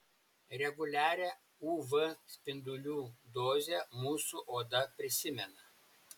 reguliarią uv spindulių dozę mūsų oda prisimena